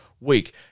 week